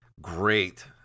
great